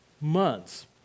months